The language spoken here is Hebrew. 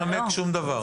הוא לא צריך לנמק שום דבר.